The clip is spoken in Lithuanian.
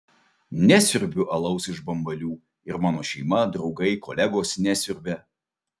nesiurbiu alaus iš bambalių ir mano šeima draugai kolegos nesiurbia